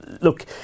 Look